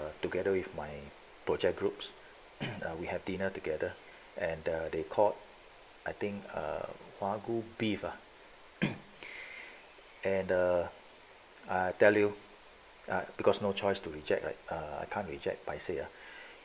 uh together with my project group we have dinner together and the they called I think ah wagyu beef beaver and the I tell you ah because no choice to reject like err can't reject paisei ya